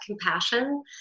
compassion